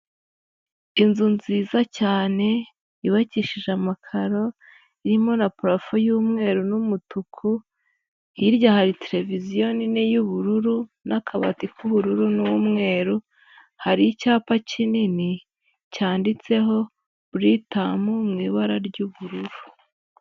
Inzu nziza cyane yubakishije amakaro, irimo na parafo y'umweru n'umutuku, hirya hari televiziyo nini y'ubururu n'akabati k'ubururu n'umweru, hari icyapa kinini cyanditseho buritamu mu ibara ry'ubururu.